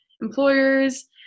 employers